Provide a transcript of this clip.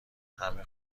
همه